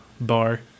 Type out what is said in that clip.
bar